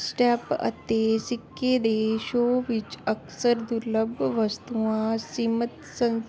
step ਅਤੇ ਸਿੱਕੇ ਦੇ ਸ਼ੋਅ ਵਿੱਚ ਅਕਸਰ ਦੁਰਲੱਭ ਵਸਤੂਆਂ ਸੀਮਤ ਸੰ